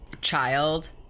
child